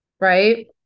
Right